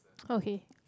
okay